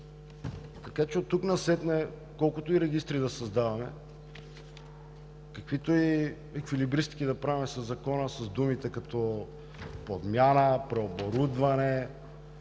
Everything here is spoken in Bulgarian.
колкото и регистри да създаваме, каквито и еквилибристики да правим в Закона с думи като „подмяна“, „преоборудване“,